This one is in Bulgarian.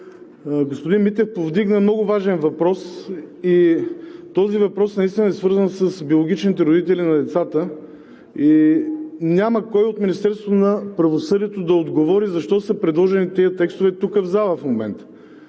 Господин Митев повдигна много важен въпрос и той наистина е свързан с биологичните родители на децата, а няма кой от Министерството на правосъдието да отговори защо са предложени тези текстове тук, в залата в момента.